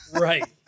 Right